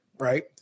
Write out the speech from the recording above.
right